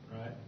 Right